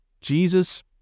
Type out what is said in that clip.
Jesus